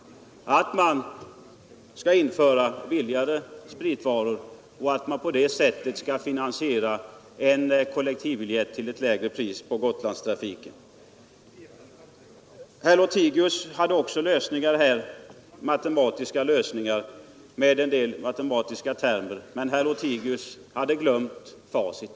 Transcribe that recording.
Är man överens om att man bör införa försäljning av billigare spritvaror för att på det sättet finansiera en kollektivbiljett till lägre pris på Gotlandstrafiken? Herr Lothigius talade också om lösningar med hjälp av en del matematiska termer, men herr Lothigius hade glömt facit.